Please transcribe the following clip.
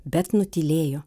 bet nutylėjo